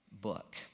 book